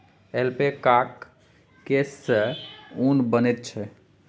ऐल्पैकाक केससँ ऊन बनैत छै